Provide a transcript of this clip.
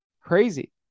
Crazy